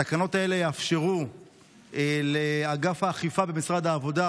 התקנות האלה יאפשרו לאגף האכיפה במשרד העבודה